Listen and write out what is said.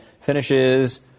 finishes